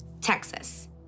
Texas